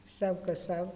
सबके सब